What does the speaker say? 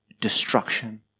destruction